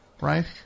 right